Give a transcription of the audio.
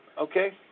okay